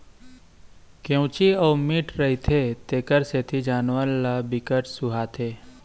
केंवची अउ मीठ रहिथे तेखर सेती जानवर ल बिकट सुहाथे